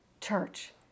church